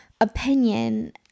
opinion